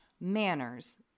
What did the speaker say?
manners